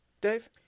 Dave